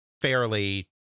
fairly